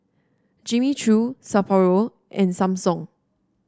Jimmy Choo Sapporo and Samsung